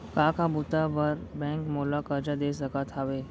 का का बुता बर बैंक मोला करजा दे सकत हवे?